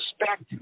respect